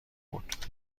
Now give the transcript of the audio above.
بود